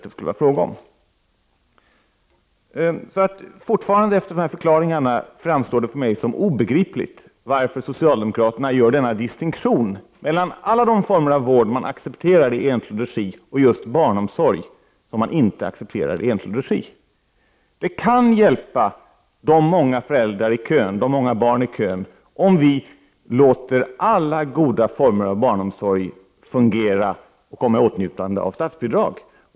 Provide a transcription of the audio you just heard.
Det framstår alltså fortfarande, efter dessa förklaringar, som obegripligt att socialdemokraterna gör denna distinktion mellan alla de former av vård där man accepterar enskild regi och just barnomsorg, där man inte accepterar enskild regi. Det kan hjälpa de många barnen i kö om vi låter alla goda former av barnomsorg fungera och komma i åtnjutande av statsbidrag.